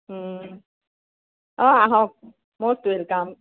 অঁ আহক most welcome